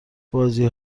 بازی